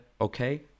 okay